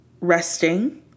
resting